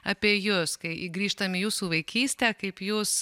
apie jus kai grįžtam į jūsų vaikystę kaip jūs